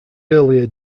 earlier